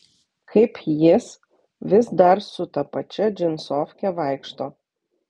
kaip jis vis dar su ta pačia džinsofke vaikšto